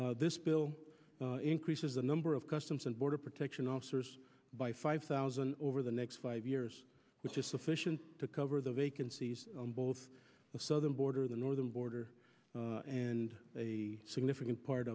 act this bill increases the number of customs and border protection officers by five thousand over the next five years which is sufficient to cover the vacancies on both the southern border the northern border and a significant part